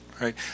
Right